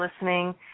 listening